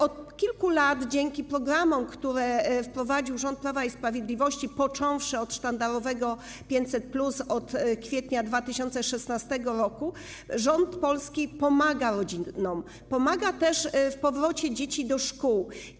Od kilku lat dzięki programom, które wprowadził rząd Prawa i Sprawiedliwości, począwszy od sztandarowego 500+ od kwietnia 2016 r., rząd polski pomaga rodzinom, pomaga też w powrocie dzieci do szkół.